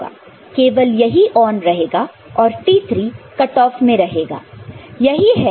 केवल यही ऑन रहेगा और T3 कट ऑफ में रहेगा यही है जो रीज़न II है यहां पर